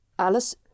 Alles